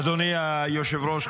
אדוני היושב-ראש,